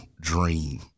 dream